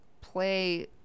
play